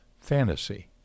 fantasy